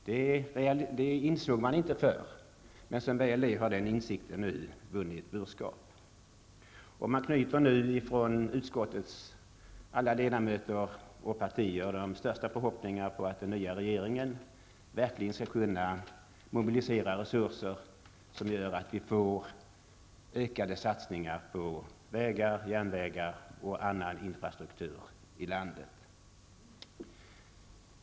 Detta insåg man inte förr, men som väl är har den insikten nu vunnit burskap. Utskottets alla ledamöter och partier knyter nu de största förhoppningar till att den nya regeringen verkligen skall kunna mobilisera resurser som gör att vi får ökade satsningar på vägar, järnvägar och annan infrastruktur i landet.